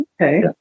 Okay